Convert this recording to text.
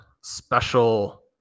special